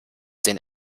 den